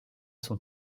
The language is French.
son